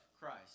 Christ